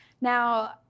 Now